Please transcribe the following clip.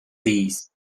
these